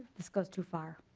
this goes too far.